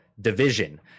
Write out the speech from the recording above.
Division